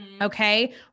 Okay